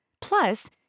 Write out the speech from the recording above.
Plus